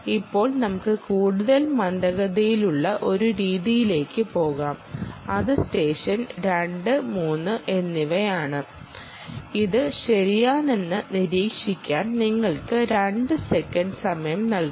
ഇപ്പോൾ നമുക്ക് കൂടുതൽ മന്ദഗതിയിലുള്ള ഒരു രീതിയിലേക്ക് പോകാം അത് സെഷൻ 2 3 എന്നിവയാണ് ഇത് ശരിയാണെന്ന് നിരീക്ഷിക്കാൻ നിങ്ങൾക്ക് 2 സെക്കൻഡ് സമയം നൽകുന്നു